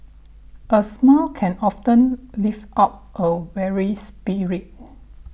a smile can often lift up a weary spirit